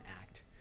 act